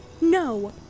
No